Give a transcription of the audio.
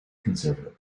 conservative